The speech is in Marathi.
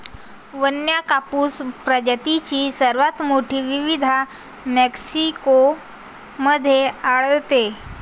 वन्य कापूस प्रजातींची सर्वात मोठी विविधता मेक्सिको मध्ये आढळते